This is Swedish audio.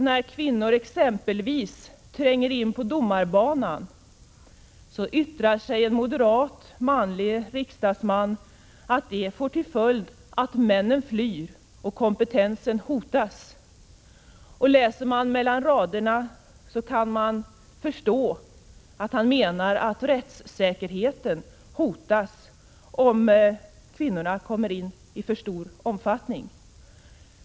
När kvinnor exempelvis tränger in på domarbanan uttalar nämligen en moderat manlig riksdagsman att det får till följd att männen flyr och kompetensen hotas. Läser man mellan raderna kan man förstå att han menar att rättssäkerheten hotas, om kvinnorna kommer in på domarbanan i för stor omfattning.